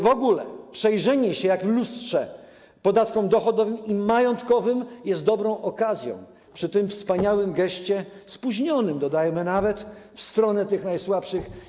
W ogóle przyjrzenie się jak w lustrze podatkom dochodowym i majątkowym jest dobrą okazją przy tym wspaniałym geście, spóźnionym, dodajmy, w kierunku tych najsłabszych.